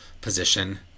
position